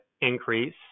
increase